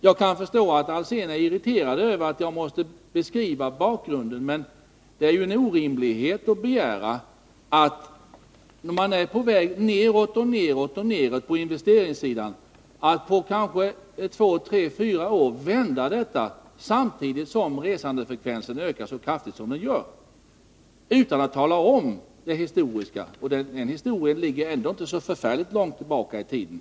Jag kan förstå att Hans Alsén är irriterad över att jag beskriver bakgrunden, men det är orimligt att begära att vi på 2-4 år — samtidigt som resandefrekvensen ökar så kraftigt som den gör — skall vända en utveckling som är en följd av att man ständigt varit på väg nedåt på investeringssidan. Vi måste då också tala om historien, och den historien ligger ändå inte så förfärligt långt tillbaka i tiden.